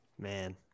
Man